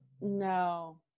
No